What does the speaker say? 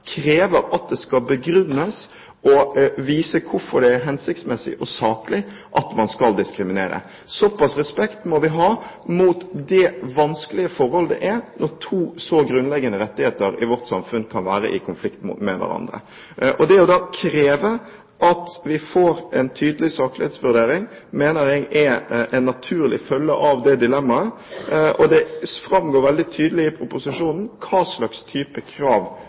krever at det skal begrunnes og vises hvorfor det er hensiktsmessig og saklig at man skal diskriminere. Såpass med respekt må vi ha opp mot det vanskelige forhold det er når to så grunnleggende rettigheter i vårt samfunn kan være i konflikt. Det å kreve at vi får en tydelig saklighetsvurdering, mener jeg er en naturlig følge av det dilemmaet. Det framgår veldig tydelig i proposisjonen hva slags krav